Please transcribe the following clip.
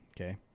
okay